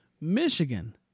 Michigan